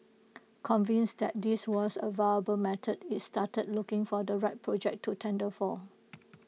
convinced that this was A viable method IT started looking for the right project to tender for